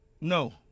No